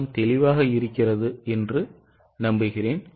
எல்லாம் தெளிவாக இருக்கிறது என்று நம்புகிறேன்